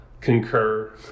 Concur